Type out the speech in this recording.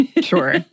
Sure